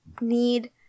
need